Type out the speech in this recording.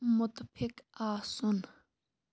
مُتفِق آسُن